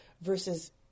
versus